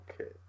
okay